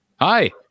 Hi